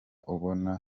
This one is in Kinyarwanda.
ubona